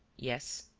yes.